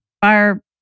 Fire